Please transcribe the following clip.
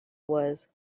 was